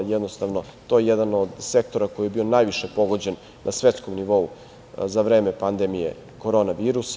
Jednostavno to je jedan od sektora koji je bio najviše pogođen na svetskom nivou za vreme pandemije korona virusa.